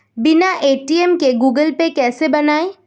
बिना ए.टी.एम के Google Pay कैसे बनायें?